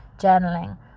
journaling